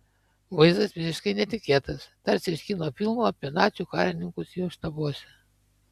vaizdas visiškai netikėtas tarsi iš kino filmų apie nacių karininkus jų štabuose